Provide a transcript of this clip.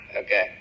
okay